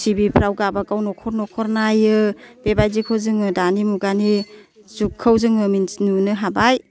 T V फ्राव गावबागाव नखर नखर नायो बेबायदिनो जोङो दानि मुगानि जुगखौ मिथिनो नुनो हाबाय